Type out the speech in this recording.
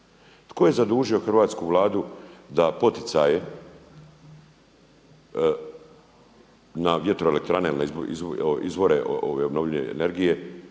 Tko je zadužio hrvatsku Vladu da poticaje na vjetroelektrane, na izvore obnovljive energije,